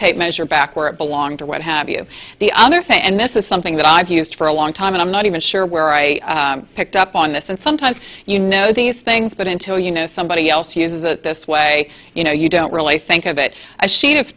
tape measure back where it belonged to what have you the other thing and this is something that i've used for a long time and i'm not even sure where i picked up on this and sometimes you know these things but until you know somebody else uses that this way you know you don't really think of it a sheet of